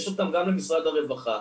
יש אותם גם למשרד הרווחה,